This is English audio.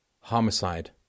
homicide